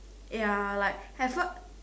ya like at first